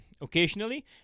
occasionally